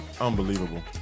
unbelievable